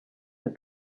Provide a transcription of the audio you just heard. for